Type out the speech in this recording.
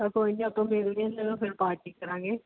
ਚਲੋ ਕੋਈ ਨਹੀਂ ਆਪਾਂ ਮਿਲਦੇ ਹਾਂ ਫੇਰ ਫੇਰ ਪਾਰਟੀ ਕਰਾਂਗੇ